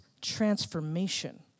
transformation